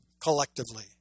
collectively